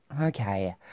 Okay